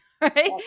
right